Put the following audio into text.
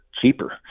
cheaper